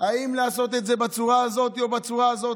האם לעשות את זה בצורה הזאת או בצורה הזאת?